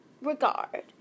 regard